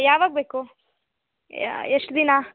ಯಾವಾಗ ಬೇಕು ಎಷ್ಟು ದಿನ